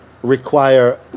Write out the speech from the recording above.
Require